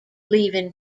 leaving